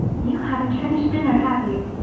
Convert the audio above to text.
you haven't finished dinner, have you?